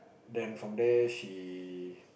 then from there she